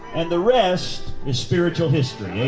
and the rest is spiritual history.